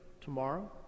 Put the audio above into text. tomorrow